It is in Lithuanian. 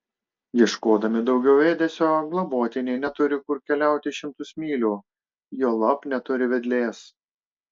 ieškodami daugiau ėdesio globotiniai neturi kur keliauti šimtus mylių juolab neturi vedlės